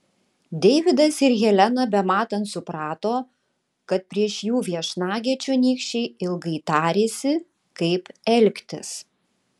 deividas ir helena bematant suprato kad prieš jų viešnagę čionykščiai ilgai tarėsi kaip elgtis